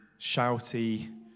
shouty